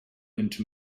into